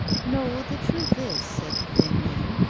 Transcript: no, the truth is said the thin man,